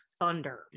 thunder